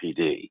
PD